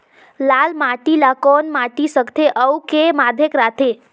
लाल माटी ला कौन माटी सकथे अउ के माधेक राथे?